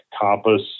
Compass